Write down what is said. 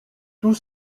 tout